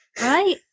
Right